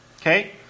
Okay